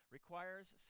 requires